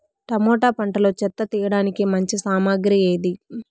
Tomato పంటలో చెత్త తీయడానికి మంచి సామగ్రి ఏది?